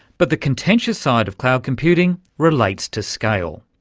but the contentious side of cloud computing relates to scale.